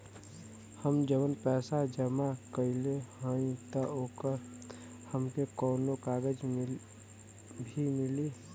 हम जवन पैसा जमा कइले हई त ओकर हमके कौनो कागज भी मिली?